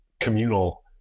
communal